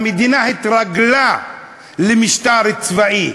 המדינה התרגלה למשטר צבאי,